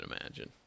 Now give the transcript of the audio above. imagine